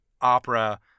opera